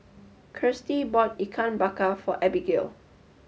Kirstie bought Ikan Bakar for Abigale